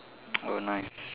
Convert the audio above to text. oh nice